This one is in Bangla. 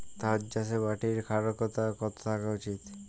ধান চাষে মাটির ক্ষারকতা কত থাকা উচিৎ?